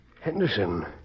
Henderson